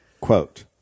Quote